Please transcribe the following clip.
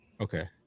Okay